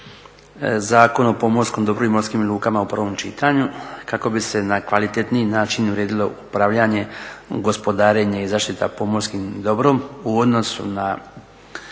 Zakon o pomorskom dobru i morskim lukama u prvom čitanju kako bi se na kvalitetniji način uredilo upravljanje, gospodarenje i zaštita pomorskim dobrom u odnosu na